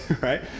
right